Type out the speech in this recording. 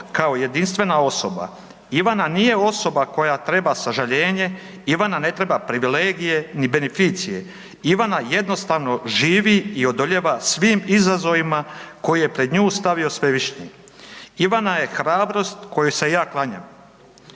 kao jedinstvena osoba. Ivana nije osoba koja treba sažaljenje, Ivana ne treba privilegije, ni beneficije. Ivana jednostavno živi i odoljeva svim izazovima koje je pred nju stavio svevišnji. Ivana je hrabrost kojoj se ja klanjam.